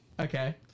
Okay